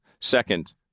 Second